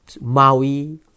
Maui